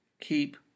Keep